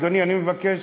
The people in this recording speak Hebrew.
אדוני, אני מבקש.